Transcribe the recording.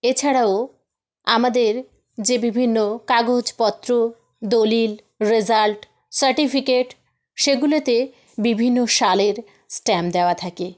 এছাড়াও আমাদের যে বিভিন্ন কাগজ পত্র দলিল রেজাল্ট সার্টিফিকেট সেগুলোতে বিভিন্ন সালের স্ট্যাম্প দেওয়া থাকে